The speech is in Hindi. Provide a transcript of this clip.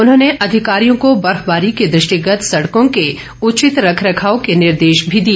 उन्होंने अधिकारियों को बर्फबारी के दृष्टिगत सड़कों के उचित रखरखाव के निर्देश भी दिए